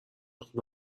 خوب